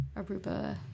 Aruba